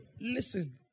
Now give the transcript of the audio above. listen